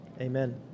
Amen